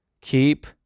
keep